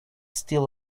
still